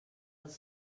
els